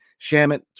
Shamit